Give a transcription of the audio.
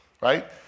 right